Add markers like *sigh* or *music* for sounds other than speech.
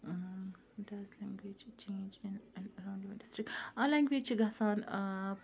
does language change in *unintelligible* district آ language چھِ گژھان